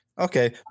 okay